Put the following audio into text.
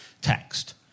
text